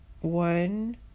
one